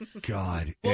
God